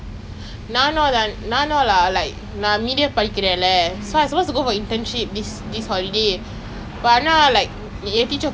I mean it's quite tough lah I still don't know if that is what I want for my future but I already took the course so might as well you know